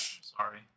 Sorry